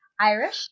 Irish